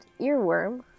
earworm